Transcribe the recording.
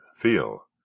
feel